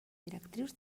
directrius